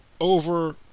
over